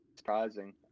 surprising